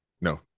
No